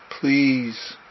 Please